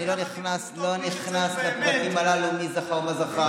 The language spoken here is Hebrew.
אני לא נכנס לפרטים הללו, מי זכה או לא זכה.